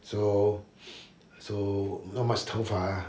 so so not much 头发 ah